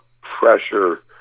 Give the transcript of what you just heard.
pressure